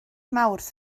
mawrth